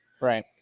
Right